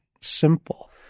simple